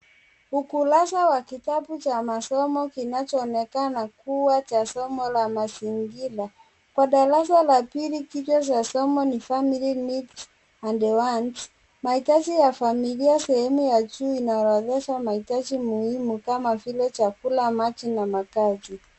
Ukurasa wakitabu cha masomo kinachoonekana kuwa cha somo la mazingira, kwa darasa la pili kichwa cha amsomo ni Family needs and Wants , mahitaji ya familia sehemu ya juu inaorodhesha mahitaji muhimu kama vile chakula, maji, na makazi.